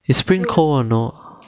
is spring cold or not